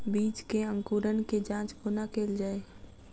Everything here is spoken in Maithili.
बीज केँ अंकुरण केँ जाँच कोना केल जाइ?